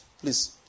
Please